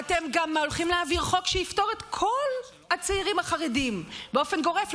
אתם גם הולכים להעביר חוק שיפטור את כל הצעירים החרדים באופן גורף.